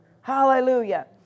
Hallelujah